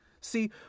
See